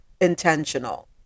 intentional